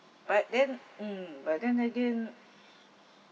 but then mm but then again